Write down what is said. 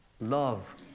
love